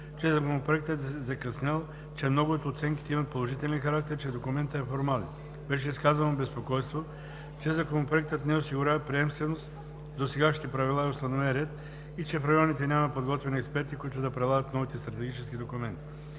че Законопроектът е закъснял, че много от оценките имат пожелателен характер, че документът е формален. Беше изказано безпокойство, че Законопроектът не осигурява приемственост с досегашните правила и установен ред и че в районите няма подготвени експерти, които да прилагат новите стратегически документи.